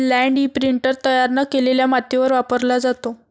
land imprinter तयार न केलेल्या मातीवर वापरला जातो